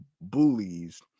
bullies